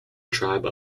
tribe